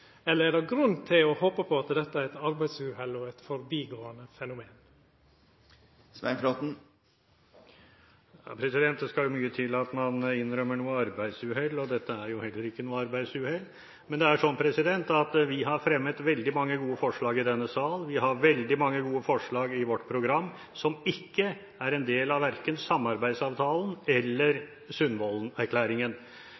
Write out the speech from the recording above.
eller er det grunn til å håpa på at dette er eit arbeidsuhell og eit forbigåande fenomen? Det skal mye til at man innrømmer at noe er et arbeidsuhell. Heller ikke dette er et arbeidsuhell. Vi har fremmet veldig mange gode forslag i denne sal. Vi har veldig mange gode forslag i vårt program, som ikke er en del av verken samarbeidsavtalen